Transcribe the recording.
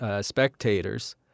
spectators